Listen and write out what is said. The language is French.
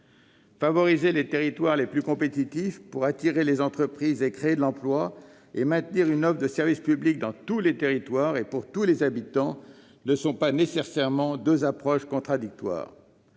Favoriser les territoires les plus compétitifs pour attirer les entreprises et créer de l'emploi, d'une part, et maintenir une offre de service public dans tous les territoires et pour tous les habitants, d'autre part, ne sont pas nécessairement deux approches contradictoires.